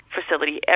Facility